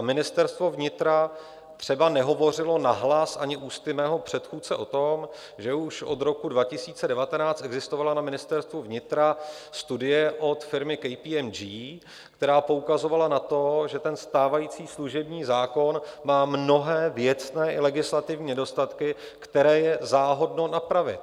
Ministerstvo vnitra třeba nehovořilo nahlas ani ústy mého předchůdce o tom, že už od roku 2019 existovala na Ministerstvu vnitra studie od firmy KPMG, která poukazovala na to, že stávající služební zákon má mnohé věcné i legislativní nedostatky, které je záhodno napravit.